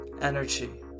Energy